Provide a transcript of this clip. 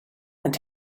and